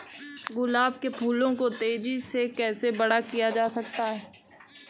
गुलाब के फूलों को तेजी से कैसे बड़ा किया जा सकता है?